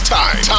time